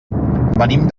venim